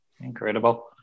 Incredible